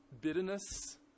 bitterness